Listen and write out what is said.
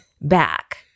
back